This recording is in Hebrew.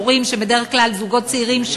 הורים שהם בדרך כלל זוגות צעירים,